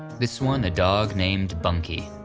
this one the dog named bunky.